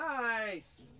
Nice